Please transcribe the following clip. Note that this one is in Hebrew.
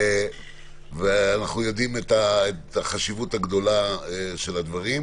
אנחנו יודעים את החשיבות הגדולה של הדברים,